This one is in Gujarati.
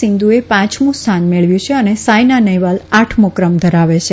સીંધુએ પાંચમું સ્થાન મેળવ્યું છે અને સાયના નહેવાલ આઠમો ક્રમ ધરાવે છે